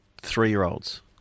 three-year-olds